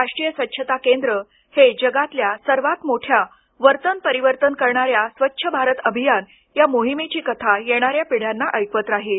राष्ट्रीय स्वच्छता केंद्र हे जगातल्या सर्वात मोठ्या वर्तन परिवर्तन करणाऱ्या स्वच्छ भारत अभियान या मोहिमेची कथा येणाऱ्या पिढ्यांना ऐकवत राहील